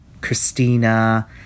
Christina